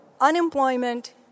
Unemployment